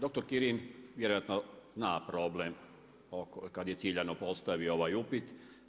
Doktor Kirin vjerojatno zna problem kad je ciljano postavio ovaj upit.